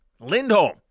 Lindholm